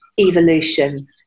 evolution